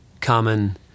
common